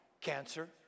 cancer